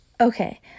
Okay